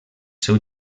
seu